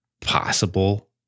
possible